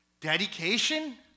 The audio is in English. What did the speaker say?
Dedication